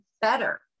better